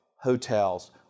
hotels